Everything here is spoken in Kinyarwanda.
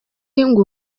ngo